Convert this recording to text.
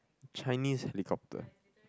Chinese helicopter